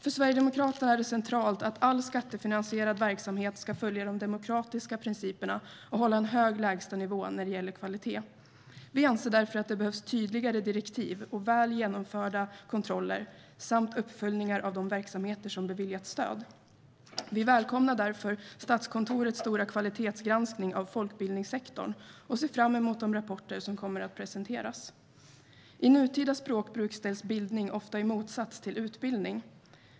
För Sverigedemokraterna är det centralt att all skattefinansierad verksamhet ska följa de demokratiska principerna och hålla en hög lägstanivå när det gäller kvalitet. Vi anser därför att det behövs tydligare direktiv och väl genomförda kontroller samt uppföljningar av de verksamheter som har beviljats stöd. Vi välkomnar därför Statskontorets stora kvalitetsgranskning av folkbildningssektorn och ser fram emot de rapporter som kommer att presenteras. I nutida språkbruk ställs bildning ofta i motsats till utbildning.